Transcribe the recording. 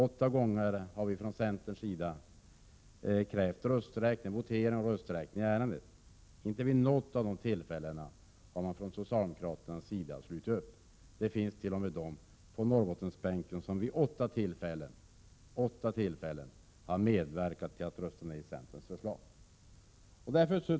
Åtta gånger har vi i centern krävt votering och rösträkning, men inte vid något av dessa tillfällen har socialdemokraterna slutit upp bakom vårt krav. Det finns t.o.m. några på Norrbottensbänken som vid dessa åtta tillfällen medverkat till att centerns förslag har röstats ned.